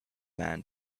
man